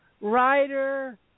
writer